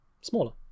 smaller